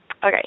Okay